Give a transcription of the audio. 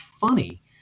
funny